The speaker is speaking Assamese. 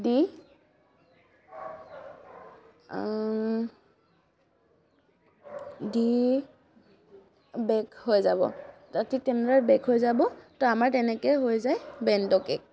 দি দি বে'ক হৈ যাব দি বে'ক হৈ যাব তো আমাৰ তেনেকৈ হৈ যায় বেণ্ট' কে'ক